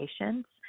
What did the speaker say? patients